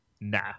nah